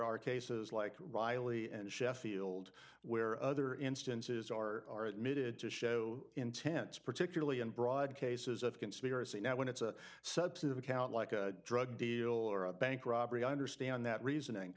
are cases like riley and sheffield where other instances are needed to show intense particularly in broad cases of conspiracy now when it's a subset of a count like a drug deal or a bank robbery i understand that reasoning